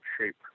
shape